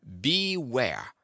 Beware